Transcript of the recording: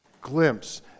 glimpse